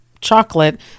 chocolate